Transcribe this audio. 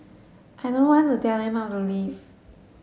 I don't want to tell them how to live